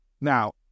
Now